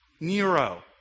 Nero